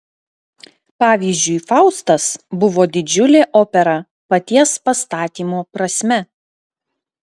pavyzdžiui faustas buvo didžiulė opera paties pastatymo prasme